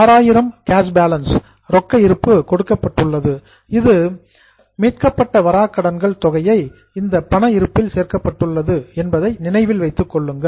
ஆனால் 6000 cash balance ரொக்க இருப்பு கொடுக்கப்பட்டுள்ளது இது பேட் டெட் ரெக்கவர்ட் மீட்கப்பட்ட வராக்கடன்கள் தொகையை இந்த பண இருப்பில் சேர்க்கப்பட்டுள்ளது என்பதை நினைவில் வைத்துக் கொள்ளுங்கள்